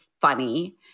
funny